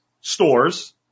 stores